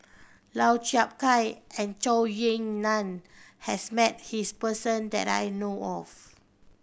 Lau Chiap Khai and Zhou Ying Nan has met this person that I know of